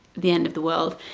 the end of the world,